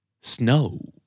Snow